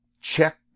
Check